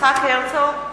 יצחק הרצוג,